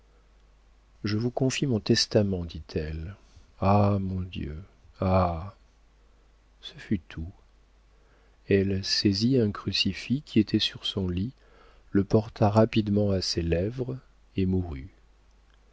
je vous confie mon testament dit-elle ah mon dieu ah ce fut tout elle saisit un crucifix qui était sur son lit le porta rapidement à ses lèvres et mourut